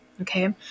Okay